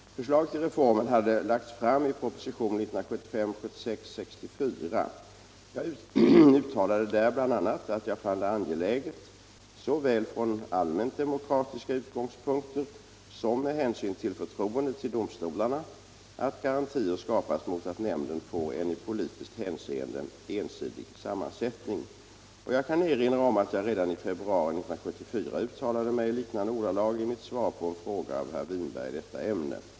Förslag till reformen hade lagts fram i propositionen 1975/76:64. Jag uttalade där bl, a. att jag fann det angeläget, såväl från allmänt demokratiska utgångspunkter som med hänsyn till förtroendet till domstolarna, att garantier skapas mot att nämnden får en i politiskt hänseende ensidig sammansättning. Jag kan erinra om att jag redan i februari 1974 uttalade mig i liknande ordalag i mitt svar på en fråga av herr Winberg i detta ämne.